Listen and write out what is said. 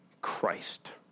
Christ